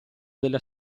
della